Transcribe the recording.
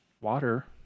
water